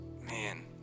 man